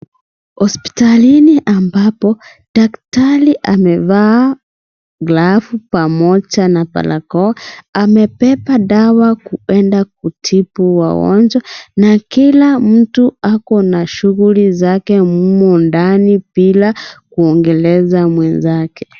Hospitalini ambapo, daktari amevaa glavu pamoja na barakoa, amebeba dawa kuenda kutibu wagojwa na Kila mtu ako na shuguli zake humo ndani bila kuongelesha wenzake.